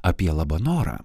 apie labanorą